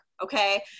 Okay